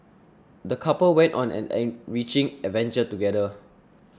the couple went on an enriching adventure together